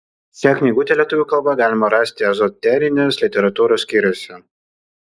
šią knygutę lietuvių kalba galima rasti ezoterinės literatūros skyriuose